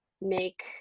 make